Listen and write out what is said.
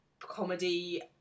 comedy